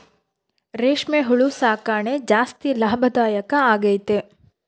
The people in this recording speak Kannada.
ರೇಷ್ಮೆ ಹುಳು ಸಾಕಣೆ ಜಾಸ್ತಿ ಲಾಭದಾಯ ಆಗೈತೆ